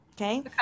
Okay